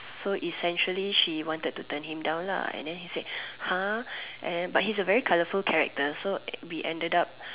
so essentially she wanted to turn him down lah and then he said lah and then but he's a very colorful character so we ended up